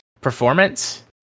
performance